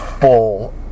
full